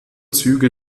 züge